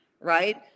right